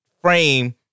frame